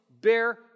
bear